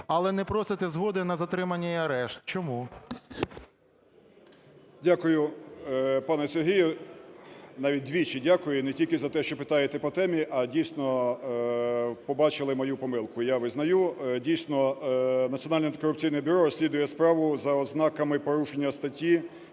але не просите згоди на затримання і арешт. Чому? 16:18:39 ЛУЦЕНКО Ю.В. Дякую, пане Сергію. Навіть двічі дякую не тільки за те, що питаєте по темі, а дійсно, побачили мою помилку, я визнаю. Дійсно, Національне антикорупційне бюро розслідує справу за ознаками порушення статті,